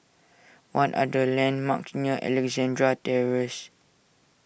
what are the landmarks near Alexandra Terrace